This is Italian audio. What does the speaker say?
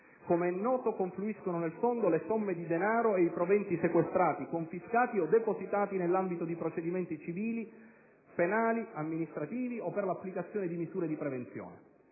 Com'è noto, confluiscono nel fondo le somme di denaro e i proventi sequestrati, confiscati o depositati nell'ambito di procedimenti civili, penali, amministrativi o per l'applicazione di misure di prevenzione.